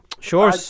Sure